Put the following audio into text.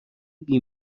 دایی